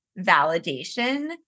validation